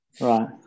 Right